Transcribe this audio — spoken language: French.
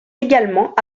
également